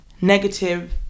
negative